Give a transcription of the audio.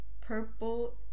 purple